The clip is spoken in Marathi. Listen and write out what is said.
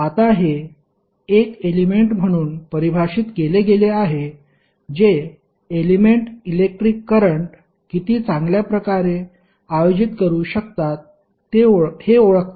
आता हे एक एलेमेंट म्हणून परिभाषित केले गेले आहे जे एलेमेंट इलेक्ट्रिक करंट किती चांगल्या प्रकारे आयोजित करू शकतात हे ओळखते